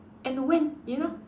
and when you know